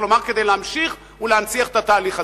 כלומר כדי להמשיך ולהנציח את התהליך הזה.